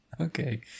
Okay